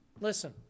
Listen